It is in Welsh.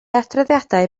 adroddiadau